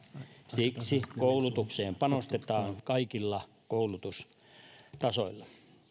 siksi koulutukseen panostetaan kaikilla koulutustasoilla